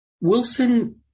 Wilson